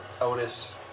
Otis